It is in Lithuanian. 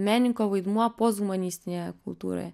menininko vaidmuo posthumanistinėje kultūroje